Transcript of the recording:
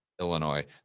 Illinois